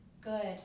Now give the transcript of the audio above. good